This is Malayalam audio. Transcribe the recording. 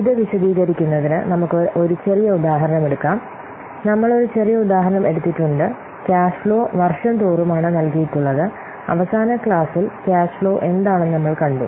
ഇത് വിശദീകരിക്കുന്നതിന് നമുക്ക് ഒരു ചെറിയ ഉദാഹരണം എടുക്കാം നമ്മൾ ഒരു ചെറിയ ഉദാഹരണം എടുത്തിട്ടുണ്ട് ക്യാഷ്ഫ്ലോ വർഷം തോറും ആണ് നൽകിയിട്ടുള്ളത് അവസാന ക്ലാസ്സിൽ ക്യാഷ് ഫ്ലോ എന്താണെന്ന് നമ്മൾ കണ്ടു